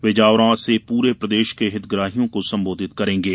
वे जावरा से पूरे प्रदेश के हितग्राहियों को संबोधित करेंगे